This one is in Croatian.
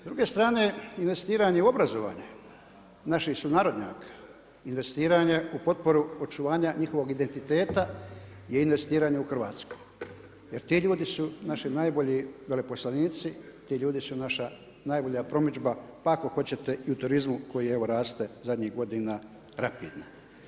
S druge strane investiranje u obrazovanje, naših sunarodnjaka, investiranje u potporu očuvanja njihovog identiteta je investiranje u Hrvatsku jer ti ljudi su naših najbolji veleposlanici, ti ljudi su naša najbolja promidžba, pa ako hoćete i u turizmu koji evo raste zadnjih godina rapidno.